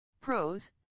Pros